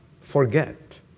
forget